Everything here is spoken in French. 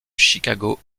chicago